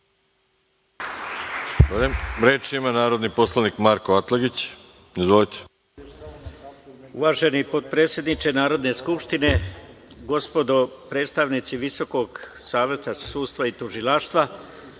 ima narodni poslanik Marko Atlagić. Izvolite. **Marko Atlagić** Uvaženi potpredsedniče Narodne skupštine, gospodo predstavnici Visokoga saveta sudstava i tužilaštva,